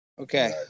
Okay